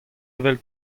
evel